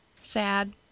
Sad